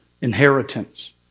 inheritance